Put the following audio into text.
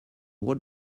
what